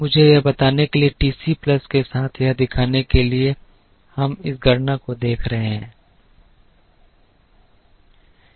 मुझे यह बताने के लिए TC के साथ यह दिखाने के लिए कि हम इस गणना को देख रहे हैं